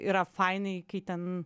yra fainiai kai ten